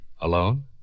Alone